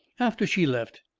after she left,